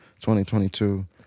2022